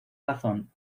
razón